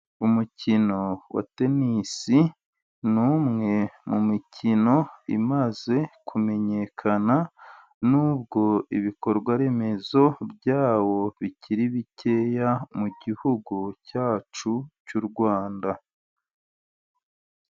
Umukino wa tennis ni umwe mu mikino imaze kumenyekana, n'ubwo ibikorwa remezo byawo bikiri bikeya mu gihugu cyacu cy'u Rwanda.